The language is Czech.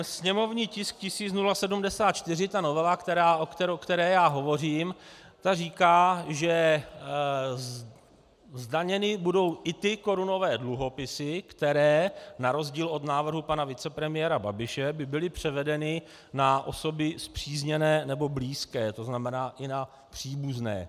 Sněmovní tisk 1074, ta novela, o které já hovořím, ta říká, že zdaněny budou i ty korunové dluhopisy, které na rozdíl od návrhu pana vicepremiéra Babiše by byly převedeny na osoby spřízněné nebo blízké, to znamená i na příbuzné.